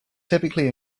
typically